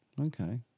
Okay